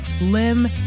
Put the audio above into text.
limb